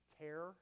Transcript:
care